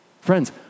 Friends